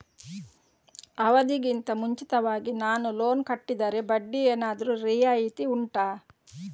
ಅವಧಿ ಗಿಂತ ಮುಂಚಿತವಾಗಿ ನಾನು ಲೋನ್ ಕಟ್ಟಿದರೆ ಬಡ್ಡಿ ಏನಾದರೂ ರಿಯಾಯಿತಿ ಉಂಟಾ